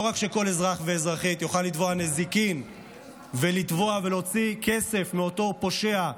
לא רק שכל אזרח ואזרחית יוכלו לתבוע נזיקין ולהוציא כסף מאותו פושע,